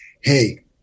Hey